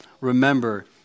Remember